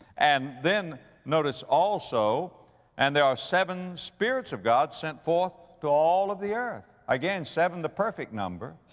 and then notice also and there are, seven spirits of god sent forth to all of the earth. again, seven the perfect number,